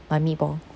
my meatball